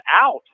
out